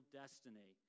destiny